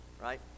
right